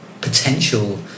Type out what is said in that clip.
potential